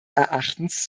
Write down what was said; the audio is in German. erachtens